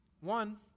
One